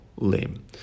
limb